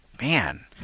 man